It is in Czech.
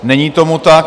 Není tomu tak.